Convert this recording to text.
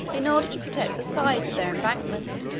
in order to protect the sides of their embankment.